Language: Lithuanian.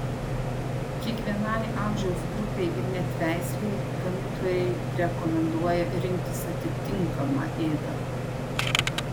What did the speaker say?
kiekvienai amžiaus grupei ir net veislei gamintojai rekomenduoja rinktis atitinkamą ėdalą